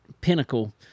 Pinnacle